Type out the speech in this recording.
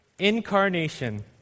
incarnation